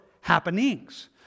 happenings